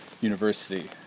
university